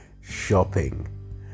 Shopping